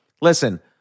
listen